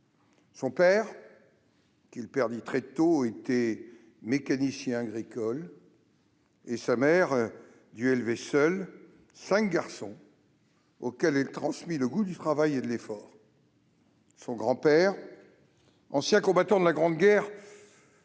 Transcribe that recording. Son père, qu'il perdit très tôt, était mécanicien agricole, et sa mère dut élever seule cinq garçons, auxquels elle transmit le goût du travail et de l'effort. Son grand-père, ancien combattant de la Grande Guerre,